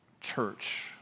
church